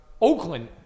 Oakland